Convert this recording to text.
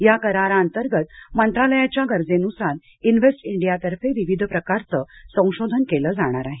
या कराराअंतर्गत मंत्रालयाच्या गरजेनुसार इन्व्हेस्ट इंडियातर्फे विविध प्रकारचं संशोधन केलं जाणार आहे